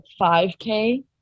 5k